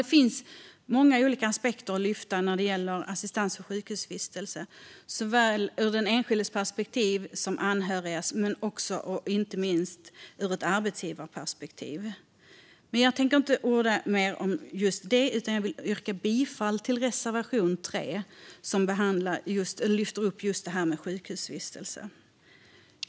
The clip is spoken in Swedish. Det finns många aspekter att lyfta när det gäller assistans vid sjukhusvistelse ur såväl den enskildes som anhörigas perspektiv och inte minst ur ett arbetsgivarperspektiv. Jag tänker dock inte orda mer om det, utan jag vill yrka bifall till reservation 3, som lyfter upp just det här med sjukhusvistelse.